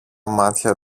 μάτια